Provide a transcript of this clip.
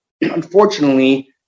unfortunately